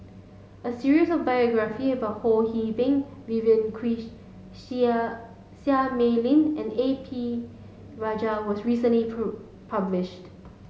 a series of biography about Ho See Beng Vivien Quahe Seah Mei Lin and A P Rajah was recently published